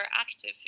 active